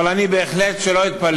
אבל אני בהחלט שלא אתפלא